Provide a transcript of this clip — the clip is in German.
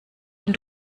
wenn